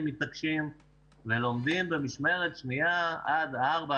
מתעקשים ולומדים במשמרת שנייה עד 16:00,